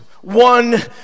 One